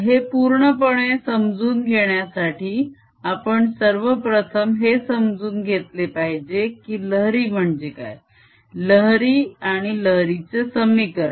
हे पूर्णपणे समजून घेण्यासाठी आपण सर्वप्रथम हे समजून घेतले पाहिजे की लहरी म्हणजे काय - लहरी आणि लहरीचे समीकरण